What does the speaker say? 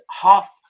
Half